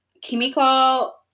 Kimiko